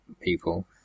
People